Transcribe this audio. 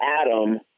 Adam